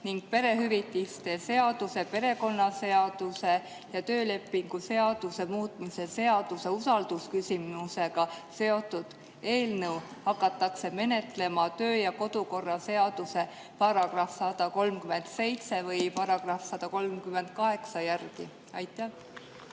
ning perehüvitiste seaduse, perekonnaseaduse ja töölepingu seaduse muutmise seaduse usaldusküsimusega seotud eelnõu hakatakse menetlema kodu‑ ja töökorra seaduse § 137 või § 138 alusel? Aitäh,